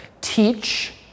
Teach